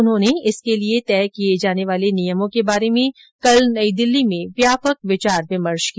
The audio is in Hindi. उन्होंने इसके लिये तय किए जाने वाले नियमों के बारे में कल नई दिल्ली में व्यापक विचार विमर्श किया